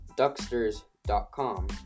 Ducksters.com